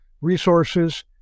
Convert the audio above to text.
resources